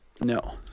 No